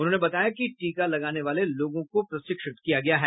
उन्होंने बताया कि टीका लगाने वाले लोगों को प्रशिक्षित किया गया है